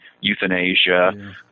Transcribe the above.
euthanasia